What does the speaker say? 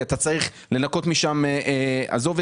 כי אתה צריך לנקות משם גזם,